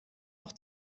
noch